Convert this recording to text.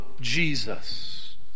Jesus